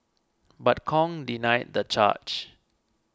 but Kong denied the charge